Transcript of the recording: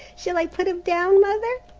shall i put him down, mother?